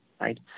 right